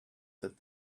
that